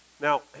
Now